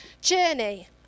journey